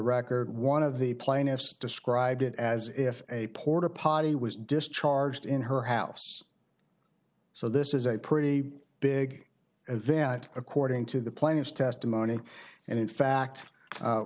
record one of the plaintiffs describe it as if a porta potty was discharged in her house so this is a pretty big event according to the plaintiff's testimony and in fact